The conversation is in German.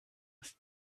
ist